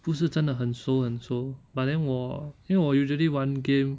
不是真的很熟很熟 but then 我因为我 usually 玩 game